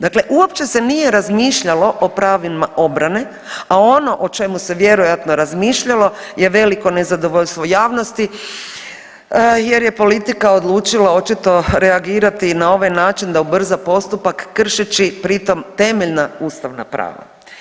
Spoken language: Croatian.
Dakle, uopće se nije razmišljalo o pravima obrane, a ono o čemu se vjerojatno razmišljalo je veliko nezadovoljstvo javnosti jer je politika odlučila očito reagirati na ovaj način da ubrza postupak kršeći pritom temeljna ustavna prava.